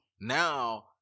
Now